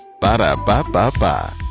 Ba-da-ba-ba-ba